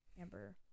Amber